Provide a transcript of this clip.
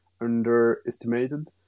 underestimated